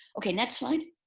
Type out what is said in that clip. okay, next slide.